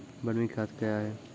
बरमी खाद कया हैं?